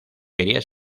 quería